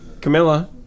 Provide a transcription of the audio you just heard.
Camilla